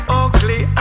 ugly